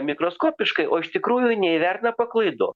mikroskopiškai o iš tikrųjų neįvertina paklaido